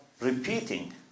repeating